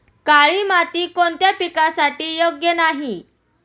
काळी माती कोणत्या पिकासाठी योग्य नाही?